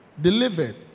delivered